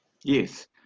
Yes